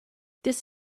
this